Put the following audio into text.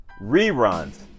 reruns